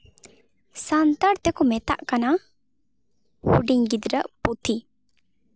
ᱥᱟᱱᱛᱟᱲ ᱛᱮᱠᱚ ᱢᱮᱛᱟᱜ ᱠᱟᱱᱟ ᱦᱩᱰᱤᱧ ᱜᱤᱫᱽᱨᱟᱹᱣᱟᱜ ᱯᱩᱛᱷᱤ